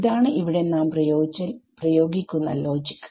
ഇതാണ് ഇവിടെ നാം പ്രയോഗിക്കുന്ന ലോജിക്